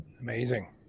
Amazing